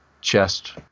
chest